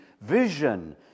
vision